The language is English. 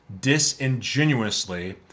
disingenuously